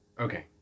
Okay